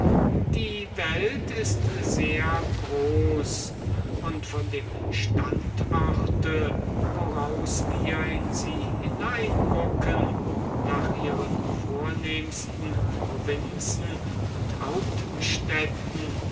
die welt ist sehr groß und von dem standort woraus wir in sie hineingucken nach ihren vornehmsten provinzen und